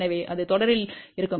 எனவே அது தொடரில் இருக்கும்